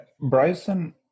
Bryson –